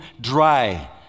dry